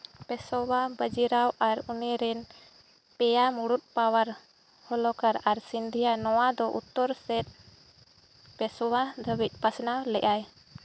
ᱯᱮᱥᱚᱣᱟ ᱵᱟᱡᱤᱨᱟᱣ ᱟᱨ ᱩᱱᱤᱨᱮᱱ ᱯᱮᱭᱟ ᱢᱩᱲᱩᱫ ᱯᱟᱣᱟᱨ ᱦᱚᱞᱳᱠᱟᱨ ᱟᱨ ᱥᱤᱱᱫᱷᱤᱭᱟ ᱱᱚᱣᱟᱫᱚ ᱩᱛᱛᱚᱨᱥᱮᱫ ᱯᱮᱥᱚᱣᱟ ᱫᱷᱟᱹᱵᱤᱡ ᱯᱟᱥᱱᱟᱣ ᱞᱮᱫᱼᱟᱭ